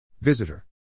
Visitor